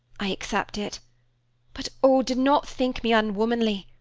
i accept it but oh, do not think me unwomanly!